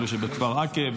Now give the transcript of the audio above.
אלו שבכפר עקב,